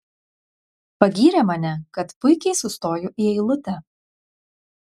pagyrė mane kad puikiai sustoju į eilutę